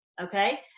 okay